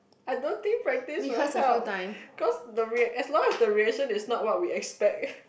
I don't think practice will help cause the react as long as the reaction is not what we expect